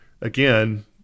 again